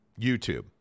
YouTube